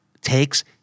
takes